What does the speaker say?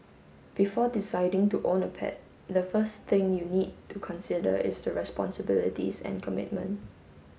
before deciding to own a pet the first thing you need to consider is the responsibilities and commitment